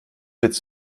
willst